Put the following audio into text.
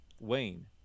Wayne